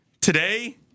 today